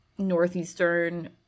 northeastern